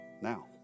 now